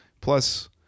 Plus